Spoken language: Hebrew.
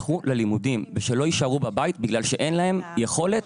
כדי שילכו ללימודים ושלא יישארו בבית בגלל שאין להם יכולת?